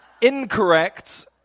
incorrect